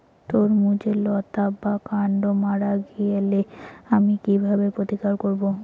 তরমুজের লতা বা কান্ড মারা গেলে আমি কীভাবে প্রতিকার করব?